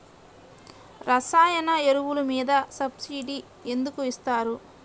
రసాయన ఎరువులు మీద సబ్సిడీ ఎందుకు ఇస్తారు?